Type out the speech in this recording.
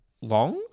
long